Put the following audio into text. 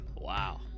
Wow